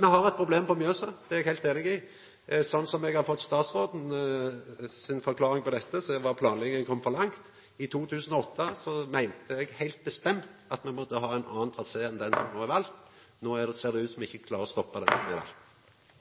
Me har eit problem langs Mjøsa. Det er eg heilt einig i. Sånn som eg har fått statsråden si forklaring på dette, er planlegginga komen for langt. I 2008 meinte eg heilt bestemt at me måtte ha ein annan trasé enn den ein no har valt. No ser det ut som me ikkje klarer å stoppa den som er vald. Det